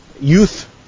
youth